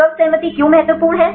सर्वसम्मति क्यों महत्वपूर्ण है